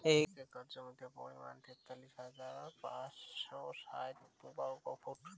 এক একর জমির পরিমাণ তেতাল্লিশ হাজার পাঁচশ ষাইট বর্গফুট